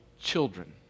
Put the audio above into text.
children